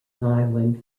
island